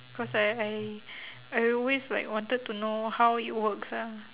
cause I I I always like wanted to know how it works ah